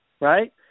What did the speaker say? Right